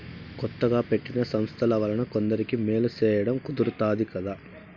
కొత్తగా పెట్టిన సంస్థల వలన కొందరికి మేలు సేయడం కుదురుతాది కదా